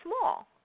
small